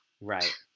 Right